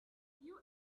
you